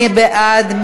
מי בעד?